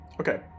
Okay